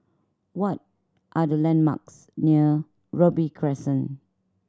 what are the landmarks near Robey Crescent